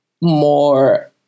more